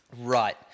Right